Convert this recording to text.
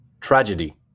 Tragedy